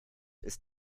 ist